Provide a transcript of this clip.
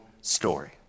story